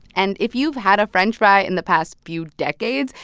and if you've had a french fry in the past few decades,